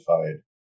identified